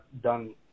done